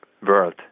world